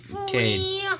Okay